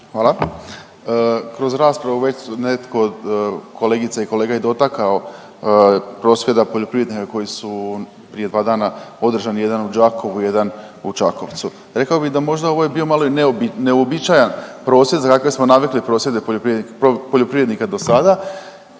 Hvala. Kroz raspravu već su netko od kolegica i kolega je dotakao prosvjeda poljoprivrednika koji su prije dva dana održani jedan u Đakovu, jedan u Čakovcu. Rekao bih da možda ovo je bilo malo i neuobičajen prosvjed na kakve smo navikli prosvjede poljoprivrednika do sada